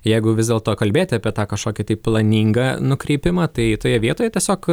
jeigu vis dėlto kalbėti apie tą kažkokį tai planinga nukreipimą tai toje vietoje tiesiog